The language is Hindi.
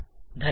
धन्यवाद